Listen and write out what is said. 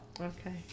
Okay